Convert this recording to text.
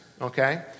Okay